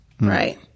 Right